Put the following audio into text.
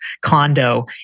condo